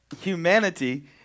Humanity